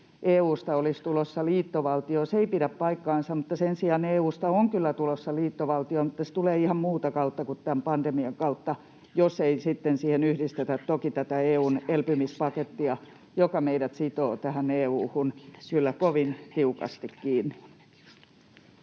EU:sta olisi tulossa liittovaltio. Se ei pidä paikkansa. Sen sijaan EU:sta on kyllä tulossa liittovaltio, mutta se tulee ihan muuta kautta kuin tämän pandemian kautta — jos ei sitten siihen yhdistetä toki tätä EU:n elpymispakettia, joka meidät sitoo EU:hun kyllä kovin tiukasti kiinni.